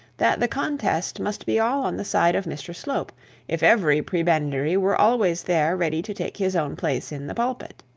that the contest must be all on the side of mr slope if every prebendary were always there ready to take his own place in the pulpit.